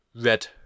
Red